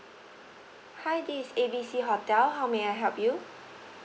hi this is A B C hotel how may I help you